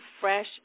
fresh